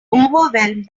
overwhelmed